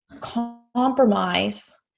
compromise